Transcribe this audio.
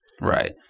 Right